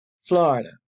florida